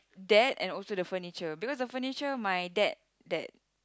dad and also the furniture because the furniture my dad that